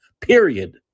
period